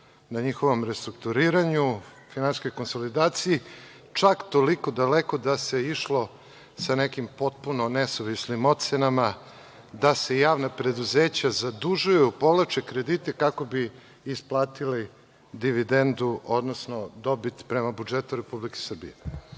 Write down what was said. na njihovom restrukturiranju, finansijskoj konsolidaciji. Čak toliko daleko da se išlo sa nekim potpuno nesuvisnim ocenama, da se javna preduzeća zadužuju, povlače kredite, kako bi isplatili dividendu, odnosno dobit, prema budžetu Republike Srbije.